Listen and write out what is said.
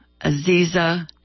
Aziza